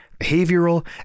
behavioral